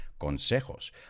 consejos